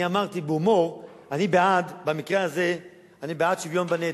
אני אמרתי בהומור, במקרה הזה אני בעד שוויון בנטל,